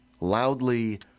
loudly